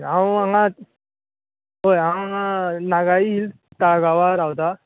हांव हांगाच पळय हांव हांगा नागाळी हिल्स ताळगांवां रावता